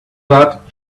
that